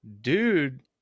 Dude